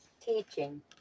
teaching